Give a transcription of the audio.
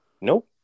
Nope